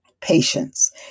patience